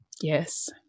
Yes